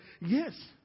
yes